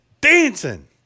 dancing